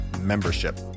Membership